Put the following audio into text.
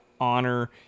honor